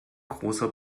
großer